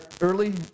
early